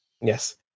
Yes